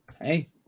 Hey